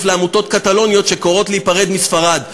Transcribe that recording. לעמותות קטלוניות שקוראות להיפרד מספרד.